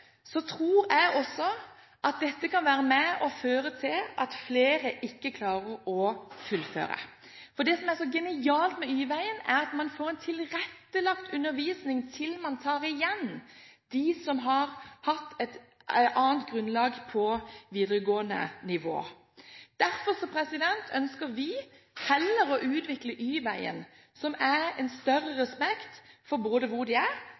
føre til at flere ikke klarer å fullføre. For det som er så genialt med Y-veien, er at man får en tilrettelagt undervisning til man tar igjen dem som har hatt et annet grunnlag på videregående nivå. Derfor ønsker vi heller å utvikle Y-veien, som betyr en større respekt for hvor de er.